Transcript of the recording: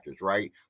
right